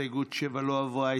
הסתייגות 7 לא עברה.